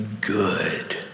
good